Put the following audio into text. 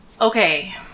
Okay